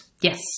Yes